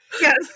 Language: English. Yes